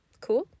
cool